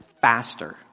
faster